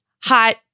Hot